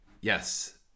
yes